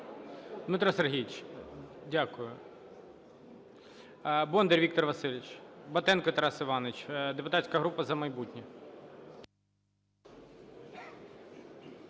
Дмитро Сергійович, дякую. Бондар Віктор Васильович. Батенко Тарас Іванович, депутатська група "За майбутнє".